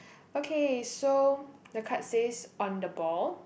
okay so the card says on the ball